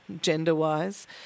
gender-wise